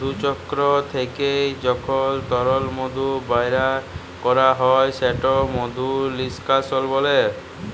মধুচক্কর থ্যাইকে যখল তরল মধু বাইর ক্যরা হ্যয় সেট মধু লিস্কাশল